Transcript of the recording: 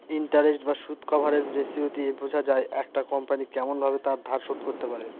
interest বা সুদ coverage ratio দিয়ে বোঝা যায় একটা কোম্পনি কেমন ভাবে তার ধার শোধ করতে পারে